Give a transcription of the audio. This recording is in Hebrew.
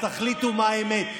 אז תחליטו מה האמת.